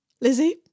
Lizzie